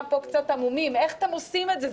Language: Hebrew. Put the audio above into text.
פה קצת המומים: איך אתם עושים את זה?